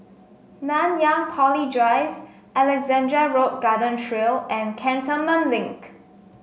Nanyang Poly Drive Alexandra Road Garden Trail and Cantonment Link